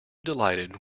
delighted